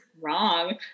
wrong